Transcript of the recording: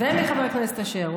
ומחבר הכנסת אשר.